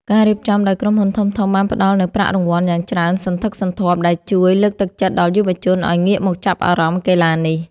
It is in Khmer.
ការរៀបចំដោយក្រុមហ៊ុនធំៗបានផ្ដល់នូវប្រាក់រង្វាន់យ៉ាងច្រើនសន្ធឹកសន្ធាប់ ដែលជួយលើកទឹកចិត្តដល់យុវជនឱ្យងាកមកចាប់អារម្មណ៍កីឡានេះ។